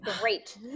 Great